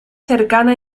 cercanas